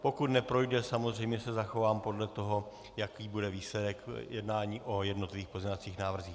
Pokud neprojde, samozřejmě se zachovám podle toho, jaký bude výsledek jednání o jednotlivých pozměňovacích návrzích.